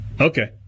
Okay